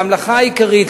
והמלאכה העיקרית,